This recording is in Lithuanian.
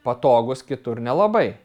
patogus kitur nelabai